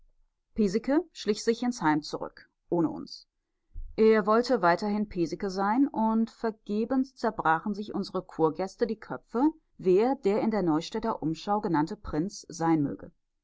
schlich sich ins heim zurück ohne uns er wollte weiterhin piesecke sein und vergebens zerbrachen sich unsere kurgäste die köpfe wer der in der neustädter umschau genannte prinz sein möge